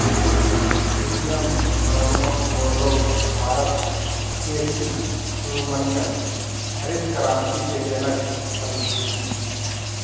दुनिया में Norman Borlaug Bharat के सी सुब्रमण्यम हरित क्रांति के जनक हलई